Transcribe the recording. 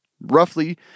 roughly